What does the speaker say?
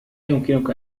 يمكنك